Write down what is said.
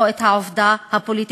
או את העובדה הפוליטית,